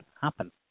happen